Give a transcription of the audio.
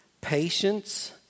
patience